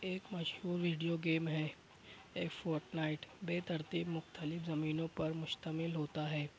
ایک مشہور video game ہے ایکس فوٹ نائٹ بے ترتیب مختلف زمینوں پر مشتمل ہوتا ہے